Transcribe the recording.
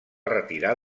retirar